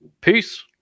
Peace